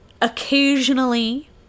occasionally